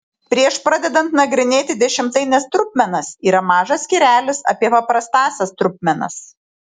prieš pradedant nagrinėti dešimtaines trupmenas yra mažas skyrelis apie paprastąsias trupmenas